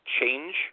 change